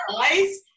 eyes